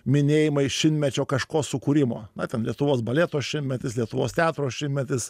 minėjimai šimtmečio kažko sukūrimo na ten lietuvos baleto šimtmetis lietuvos teatro šimtmetis